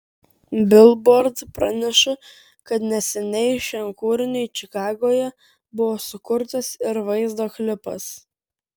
bilbord praneša kad neseniai šiam kūriniui čikagoje buvo sukurtas ir vaizdo klipas